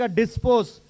dispose